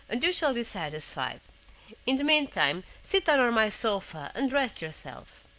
and you shall be satisfied in the meantime sit down on my sofa, and rest yourself.